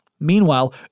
Meanwhile